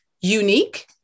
unique